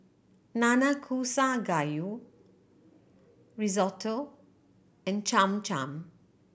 Nanakusa Gayu Risotto and Cham Cham